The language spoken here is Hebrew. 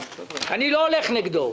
אני לא הולך נגדו.